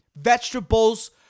Vegetables